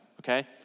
okay